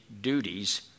duties